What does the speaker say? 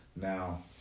Now